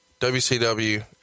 WCW